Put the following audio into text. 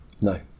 no